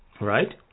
Right